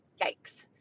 yikes